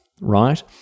right